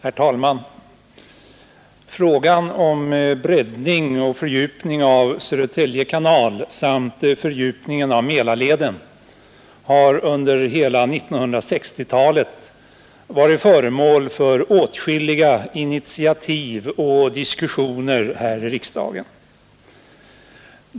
Herr talman! Frågan om breddning och fördjupning av Södertälje kanal samt fördjupningen av Mälarleden har under hela 1960-talet varit föremål för åtskilliga initiativ och diskussioner här i riksdagen.